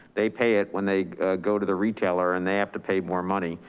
they pay it when they go to the retailer and they have to pay more money.